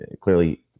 clearly